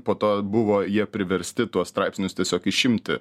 po to buvo jie priversti tuos straipsnius tiesiog išimti